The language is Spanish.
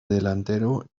delantero